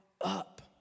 up